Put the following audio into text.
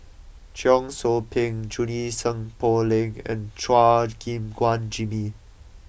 Cheong Soo Pieng Junie Sng Poh Leng and Chua Gim Guan Jimmy